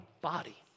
body